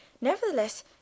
nevertheless